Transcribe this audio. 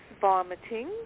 vomiting